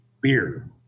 beer